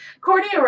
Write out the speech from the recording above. Courtney